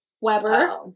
Weber